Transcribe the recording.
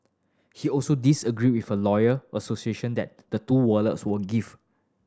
he also disagreed with her lawyer association that the two wallets were gift